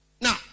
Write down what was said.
Now